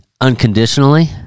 unconditionally